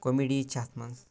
comedy چھِ اَتھ منٛز